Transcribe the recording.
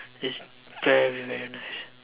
it's very very nice